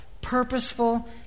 purposeful